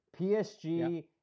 PSG